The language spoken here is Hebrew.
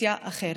אוכלוסייה אחרת.